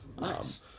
Nice